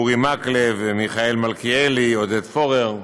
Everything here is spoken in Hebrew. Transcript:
אורי מקלב, מיכאל מלכיאלי, עודד פורר,